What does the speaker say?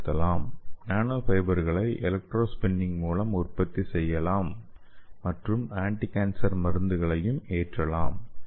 நானோ ஃபைபர்களை எலக்ட்ரோஸ்பின்னிங் மூலம் உற்பத்தி செய்யலாம் மற்றும் ஆன்டிகான்சர் மருந்துகளை ஏற்றலாம்